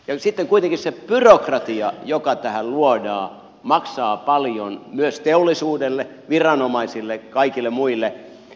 sitten kuitenkin se byrokratia joka tähän luodaan maksaa paljon myös teollisuudelle viranomaisille kaikille muille